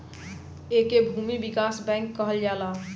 एके भूमि विकास बैंक कहल जाला